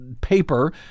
paper